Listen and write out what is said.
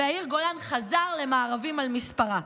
ויאיר גולן חזר למארבים על מספרה.